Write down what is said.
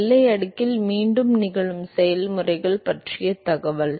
எல்லை அடுக்கில் மீண்டும் நிகழும் செயல்முறைகள் பற்றிய தகவல்